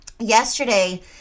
yesterday